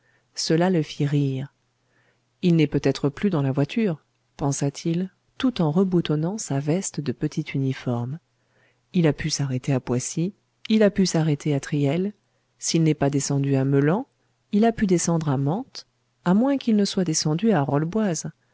cela le fit rire il n'est peut-être plus dans la voiture pensa-t-il tout en reboutonnant sa veste de petit uniforme il a pu s'arrêter à poissy il a pu s'arrêter à triel s'il n'est pas descendu à meulan il a pu descendre à mantes à moins qu'il ne soit descendu à rolleboise